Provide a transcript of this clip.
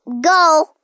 go